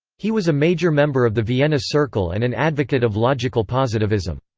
he was a major member of the vienna circle and an advocate of logical positivism.